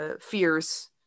fears